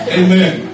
amen